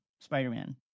Spider-Man